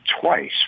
twice